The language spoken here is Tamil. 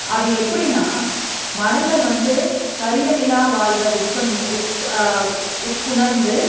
அது எப்படின்னா மரங்கள் வந்து கரியமிலா வாய்வை உட்கொண்ட உட் உட்குணர்ந்து